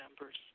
members